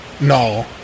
No